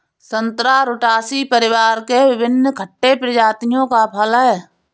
संतरा रुटासी परिवार में विभिन्न खट्टे प्रजातियों का फल है